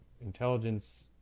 intelligence